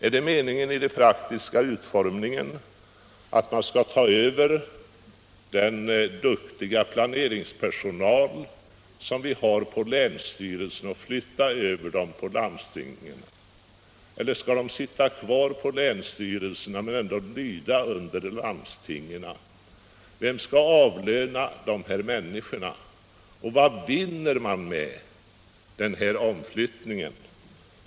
Är det meningen att man skall flytta över den duktiga planeringspersonalen på länsstyrelserna till landstingen eller skall de sitta kvar på länsstyrelserna men ändå lyda under landstingen? Vem skall avlöna de här människorna och vad vinner man med den omflyttningen?